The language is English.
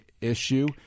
issue